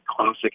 classic